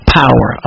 power